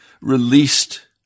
released